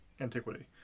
antiquity